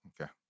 Okay